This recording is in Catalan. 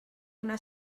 una